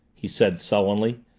he said sullenly.